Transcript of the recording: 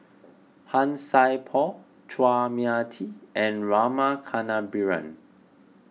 Han Sai Por Chua Mia Tee and Rama Kannabiran